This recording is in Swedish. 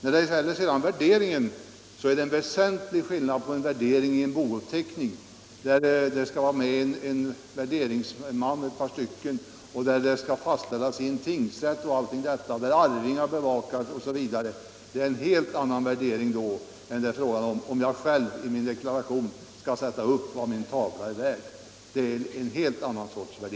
I fråga om värderingen är det en väsentlig skillnad i förhållande till en bouppteckning, där ett par värderingsmän skall vara med, där värdet Vissa frågor vid skall fastställas av en tingsrätt, där arvingarna bevakar osv. Det är en = kapitalbeskattninghelt annan sorts värdering då än om jag själv i min deklaration skall — en sätta upp vad min tavla är värd.